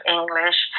English